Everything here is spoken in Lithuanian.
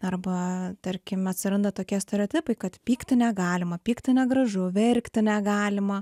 arba tarkim atsiranda tokie stereotipai kad pykti negalima pykti negražu verkti negalima